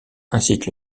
incite